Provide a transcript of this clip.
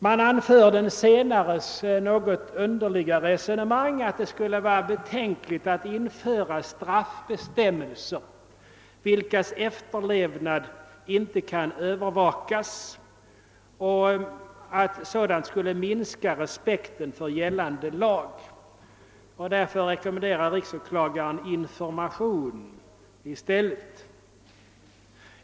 Man anför den senares något underliga resonemang, att det skulle vara betänkligt att införa straffbestämmelser vilkas efterlevnad inte kan övervakas och att sådana bestämmelser skulle minska respekten för gällande lag. Av den an ledningen rekommenderar riksåklagaren i stället information.